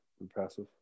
Impressive